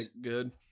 good